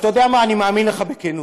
אתה יודע מה, אני מאמין לך, בכנות.